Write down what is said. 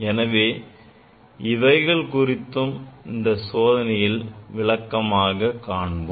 எனவே இவைகள் குறித்து அந்த சோதனையில் விளக்கமாகக் காண்போம்